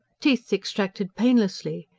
teeth extracted painlessly!